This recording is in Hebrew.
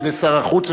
על-ידי שר החוץ,